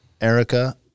Erica